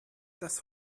das